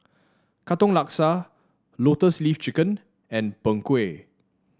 Katong Laksa Lotus Leaf Chicken and Png Kueh